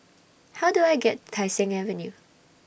How Do I get Tai Seng Avenue